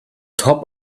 top